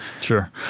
Sure